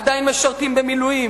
עדיין משרתים במילואים,